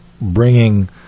bringing